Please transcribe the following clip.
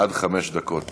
עד חמש דקות לרשותך.